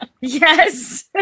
Yes